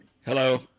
Hello